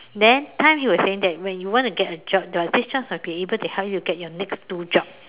then time he was saying that when you want to get a job your this job must be able to help you get your next two job